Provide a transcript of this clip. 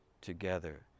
together